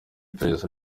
iperereza